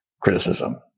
criticism